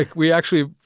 like we actually,